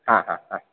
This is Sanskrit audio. हा हा हा